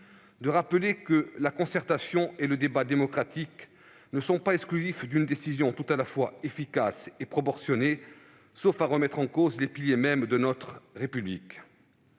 de rappeler que la concertation et le débat démocratique ne sont pas exclusifs d'une décision tout à la fois efficace et proportionnée, sauf à remettre en cause les piliers mêmes de notre République.